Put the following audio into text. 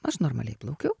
aš normaliai plaukiu